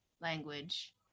language